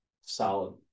Solid